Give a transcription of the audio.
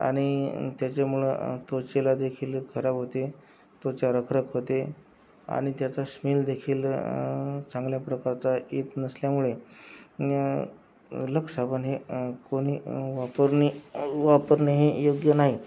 आणि त्याच्यामुळं त्वचेलादेखील खराब होते त्वचा रखरख होते आणि त्याचा स्मेलदेखील चांगल्या प्रकारचा येत नसल्यामुळे लक्स साबण हे कोणी वापरणं वापरणे हे योग्य नाही